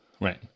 Right